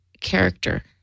character